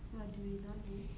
what do we not need